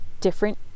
different